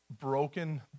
broken